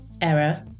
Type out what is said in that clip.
error